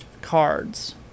cards